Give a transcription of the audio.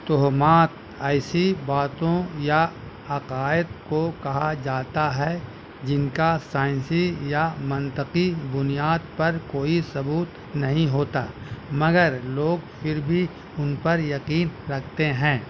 تہمات ایسی باتوں یا عقائد کو کہا جاتا ہے جن کا سائنسی یا منطقی بنیاد پر کوئی ثبوت نہیں ہوتا مگر لوگ پھر بھی ان پر یقین رکھتے ہیں